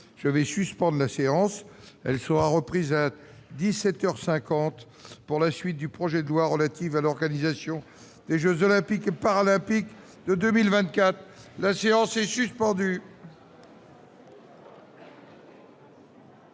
je vais suspendre la séance, elle sera reprise à 17 heures 50 pour la suite du projet de loi relative à l'organisation des jeux olympiques et paralympiques de 2024, la séance est suspendue.